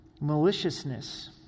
Maliciousness